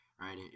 Right